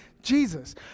jesus